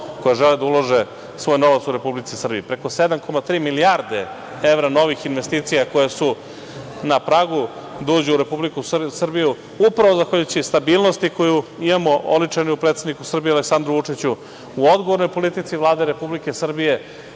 koji žele da ulože svoj novac u Republici Srbiji. Preko 7,3 milijarde evra novih investicija koje su na pragu da uđu u Republiku Srbiju, upravo zahvaljujući stabilnosti koju imamo oličenu u predsedniku Srbije Aleksandru Vučiću, u odgovornoj politici Vlade Republike Srbije,